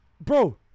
bro